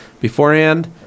beforehand